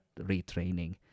retraining